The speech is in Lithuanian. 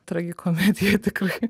tragikomedija tikrai